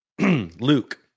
Luke